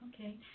Okay